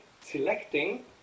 selecting